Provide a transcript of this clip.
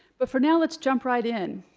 but for now, let's jump right in.